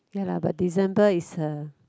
ya lah but December is a